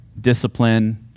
discipline